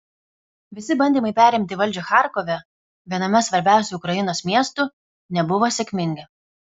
visi bandymai perimti valdžią charkove viename svarbiausių ukrainos miestų nebuvo sėkmingi